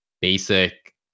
basic